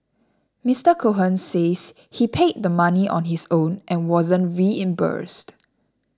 Mister Cohen says he paid the money on his own and wasn't reimbursed